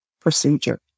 procedure